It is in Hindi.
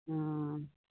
हाँ